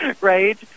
right